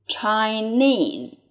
Chinese